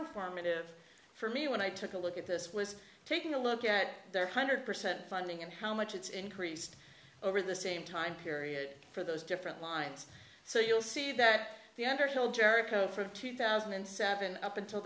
informative for me when i took a look at this was taking a look at their hundred percent funding and how much it's increased over the same time period for those different lines so you'll see that the underhill jericho from two thousand and seven up until